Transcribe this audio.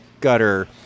gutter